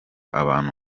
abantu